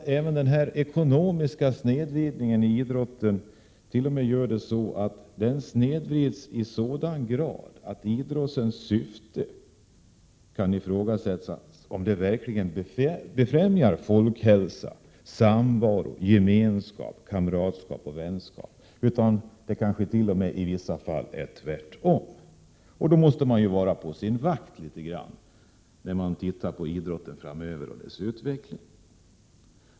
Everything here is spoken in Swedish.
säga att den ekonomiska snedvridningen av idrotten sker i sådan grad att det kan ifrågasättas om idrotten verkligen befrämjar folkhälsa, samvaro, gemenskap, kamratskap och vänskap. I vissa fall kanske dett.o.m. är tvärtom. Därför måste man vara litet grand på sin vakt när det gäller idrotten och dess framtida utveckling.